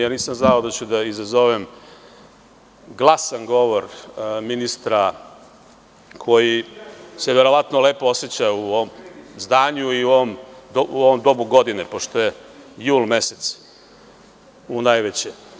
Nisam znao da ću da izazovem glasan govor ministra, koji se verovatno lepo oseća u ovom zdanju i u ovom dobu godine, pošto je jul mesec unajveće.